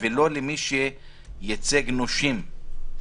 ולא למי שייצג נושים.